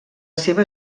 seva